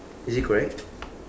is it correct